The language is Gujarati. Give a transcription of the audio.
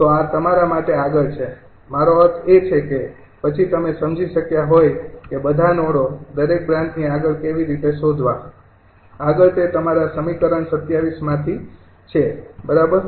તો આ તમારા માટે આગળ છે મારો અર્થ એ છે કે પછી તમે સમજી શક્યા હોય કે બધા નોડો દરેક બ્રાન્ચની આગળ કેવી રીતે શોધવા આગળ તે તમારા સમીકરણ ૨૭ માંથી છે બરાબર